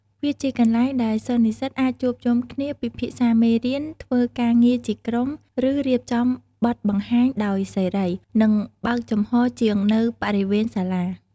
វាជាកន្លែងដែលសិស្សនិស្សិតអាចជួបជុំគ្នាពិភាក្សាមេរៀន ធ្វើការងារជាក្រុម ឬរៀបចំបទបង្ហាញដោយសេរី និងបើកចំហរជាងនៅបរិវេណសាលា។